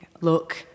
Look